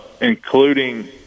including